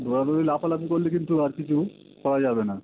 দৌড়াদৌড়ি লাফালাফি করলে কিন্তু আর কিছু করা যাবে না